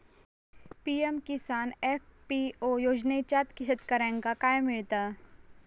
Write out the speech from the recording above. PM Kisan FPO योजनाच्यात शेतकऱ्यांका काय मिळता?